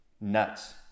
nuts